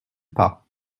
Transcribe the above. pas